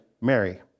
Mary